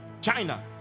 China